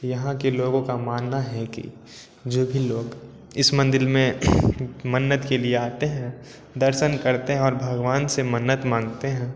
यहाँ के लोगों का मानना है कि जो भी लोग इस मंदिर में मन्नत के लिए आते हैं दर्शन करते हैं और भगवान से मन्नत माँगते हैं